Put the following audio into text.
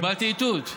קיבלתי איתות.